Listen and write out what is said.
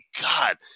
God